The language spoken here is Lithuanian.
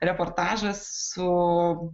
reportažas o